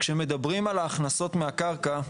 כשמדברים על ההכנסות מהקרקע,